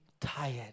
tired